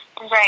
Right